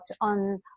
on